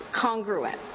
congruent